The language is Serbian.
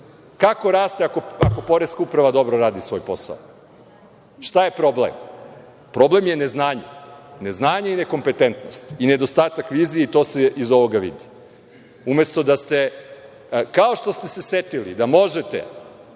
Kako raste ako poreska uprava dobro radi svoj posao? Šta je problem? Problem je neznanje, nekompetentnost i nedostatak vizije, što se iz ovoga i vidi. Kao što ste se setili da možete,